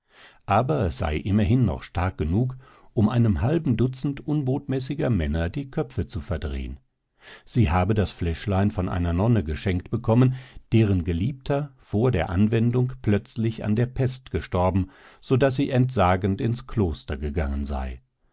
aber es sei immerhin noch stark genug um einem halben dutzend unbotmäßiger männer die köpfe zu verdrehen sie habe das fläschlein von einer nonne geschenkt bekommen deren geliebter vor der anwendung plötzlich an der pest gestorben so daß sie entsagend ins kloster gegangen sei